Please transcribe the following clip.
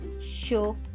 Show